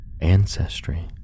ancestry